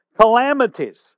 calamities